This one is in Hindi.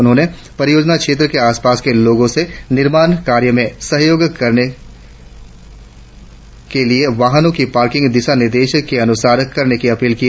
उन्होंने परियोजना क्षेत्र के आसपास के लोगों से निर्माण कार्य म्रं सहयोग के लिए वाहनों की पार्किंग दिशा निर्देश के अनुसार करने की अपील की